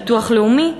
ביטוח לאומי.